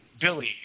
Billy